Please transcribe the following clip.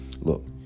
look